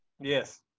Yes